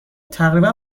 تقریبا